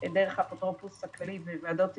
דרך האפוטרופוס הכללי בוועדות עזבונות.